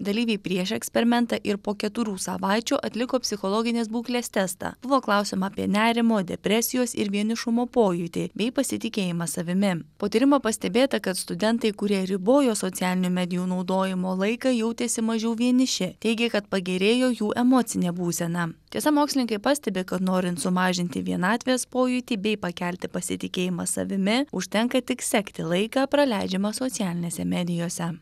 dalyviai prieš eksperimentą ir po keturių savaičių atliko psichologinės būklės testą buvo klausiama apie nerimo depresijos ir vienišumo pojūtį bei pasitikėjimą savimi po tyrimo pastebėta kad studentai kurie ribojo socialinių medijų naudojimo laiką jautėsi mažiau vieniši teigė kad pagerėjo jų emocinė būsena tiesa mokslininkai pastebi kad norint sumažinti vienatvės pojūtį bei pakelti pasitikėjimą savimi užtenka tik sekti laiką praleidžiamą socialinėse medijose